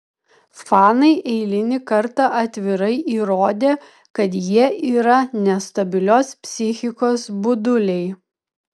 fanai eilinį kartą atvirai įrodė kad jie yra nestabilios psichikos buduliai